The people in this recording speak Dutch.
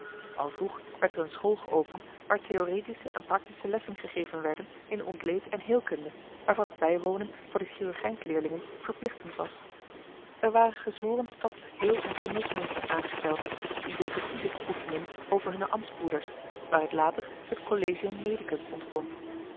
al vroeg werd er eene school geopend waar theoretische en practische lessen gegeven werden in de ontleed en heelkunde waarvan het bijwonen voor de chirurgijnsleerlingen verplichtend was er waren gezworen stads heel en geneesmeesters aangesteld die zeker toezicht oefenden over hunne ambtsbroeders waaruit later het collegium medicum ontstond